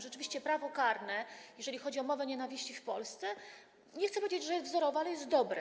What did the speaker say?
Rzeczywiście prawo karne, jeżeli chodzi o mowę nienawiści w Polsce, nie chcę powiedzieć, że jest wzorowe, ale jest dobre.